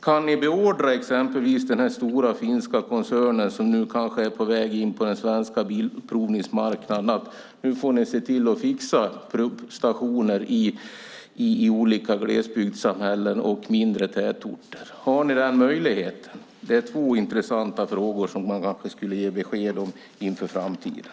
Har ni möjligheten att beordra exempelvis den stora finska koncernen, som nu kanske är på väg in på den svenska bilprovningsmarknaden, att fixa stationer i olika glesbygdssamhällen och mindre tätorter? Det är två intressanta frågor som man kanske skulle svara på för att ge besked inför framtiden.